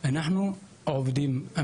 וזה עניין של שנה שנתיים, לא יותר.